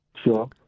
sure